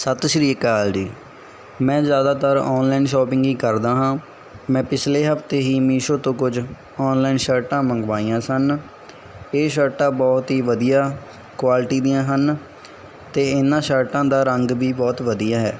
ਸਤਿ ਸ਼੍ਰੀ ਅਕਾਲ ਜੀ ਮੈਂ ਜ਼ਿਆਦਾਤਰ ਆਨਲਾਈਨ ਸ਼ੋਪਿੰਗ ਹੀ ਕਰਦਾ ਹਾਂ ਮੈਂ ਪਿਛਲੇ ਹਫਤੇ ਹੀ ਮੀਸ਼ੋ ਤੋਂ ਕੁਝ ਆਨਲਾਈਨ ਸ਼ਰਟਾਂ ਮੰਗਵਾਈਆਂ ਸਨ ਇਹ ਸ਼ਰਟਾਂ ਬਹੁਤ ਹੀ ਵਧੀਆ ਕੁਆਲਿਟੀ ਦੀਆਂ ਹਨ ਅਤੇ ਇਹਨਾਂ ਸ਼ਰਟਾਂ ਦਾ ਰੰਗ ਵੀ ਬਹੁਤ ਵਧੀਆ ਹੈ